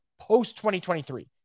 post-2023